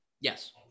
Yes